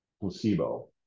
placebo